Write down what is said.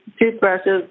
toothbrushes